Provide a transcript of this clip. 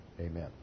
Amen